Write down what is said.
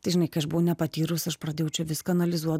tai žinai kai aš buvau nepatyrus aš pradėjau čia viską analizuot